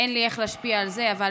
אין לי איך להשפיע על זה, אבל